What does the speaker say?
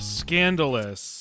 scandalous